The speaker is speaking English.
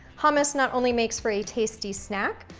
hummus not only makes for a tasty snack,